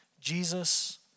Jesus